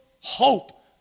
hope